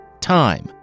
time